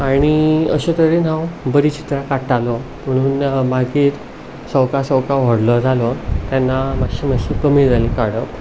आनी अशे तरेन हांव बरीं चित्रां काडटालो पुणून मागीर सवका सवका हांव व्हडलो जालो तेन्ना मातशीं मातशीं कमी जालीं काडप